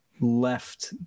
left